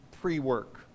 pre-work